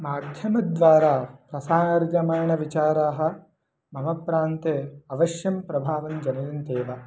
माध्यमद्वारा प्रसारितम्यमानः विचाराः मम प्रान्ते अवश्यं प्रभावञ्जनयन्त्येव